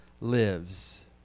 lives